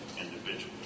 individuals